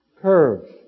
Curve